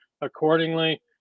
accordingly –